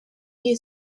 new